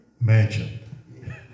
mansion